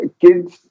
kids